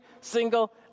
single